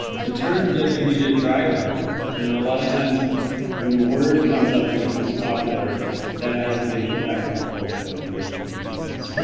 the term designated driver, you know a lot of times when a word comes up and becomes popular that has a big impact on culture and the way that we view things,